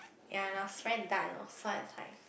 ya lah it's very dark oh so was like